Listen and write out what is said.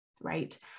right